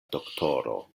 doktoro